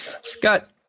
Scott